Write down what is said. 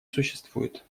существует